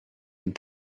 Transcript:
and